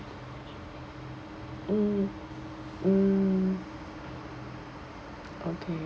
mm mm okay